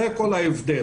זה כל ההבדל.